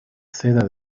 seda